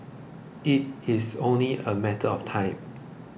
it is only a matter of time